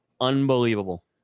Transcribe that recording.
Unbelievable